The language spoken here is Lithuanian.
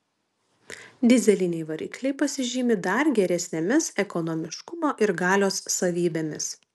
dyzeliniai varikliai pasižymi dar geresnėmis ekonomiškumo ir galios savybėmis